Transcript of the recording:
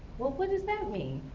what what does that mean?